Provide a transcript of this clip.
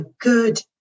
good